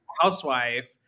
housewife